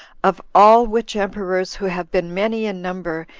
of all which emperors, who have been many in number,